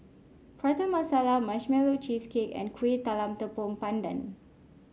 Prata Masala Marshmallow Cheesecake and Kueh Talam Tepong Pandan